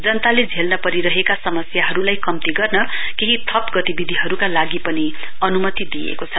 जनताले झेल्नु परिरहेका समस्याहरूलाई कम्ती गर्न केही थप गतिविधिहरूका लागि पनि अनुमति दिइएको छ